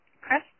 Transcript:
Chris